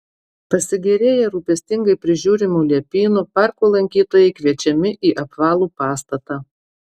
pasigėrėję rūpestingai prižiūrimu liepynu parko lankytojai kviečiami į apvalų pastatą